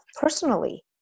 personally